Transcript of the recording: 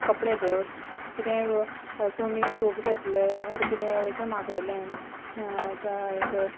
कपडे धर कितें तुमी सॉप घेतले ओर कितें अशें मागयलें हें धर